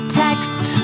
text